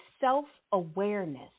self-awareness